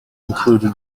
included